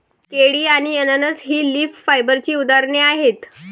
केळी आणि अननस ही लीफ फायबरची उदाहरणे आहेत